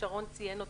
ששרון ציין אותם,